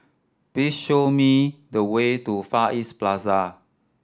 please show me the way to Far East Plaza